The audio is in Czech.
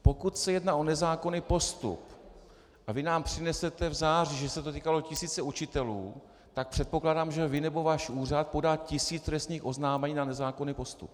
Pokud se jedná o nezákonný postup a vy nám přinesete v září, že se to týkalo tisíce učitelů, tak předpokládám, že vy nebo váš úřad podá tisíc trestních oznámení na nezákonný postup.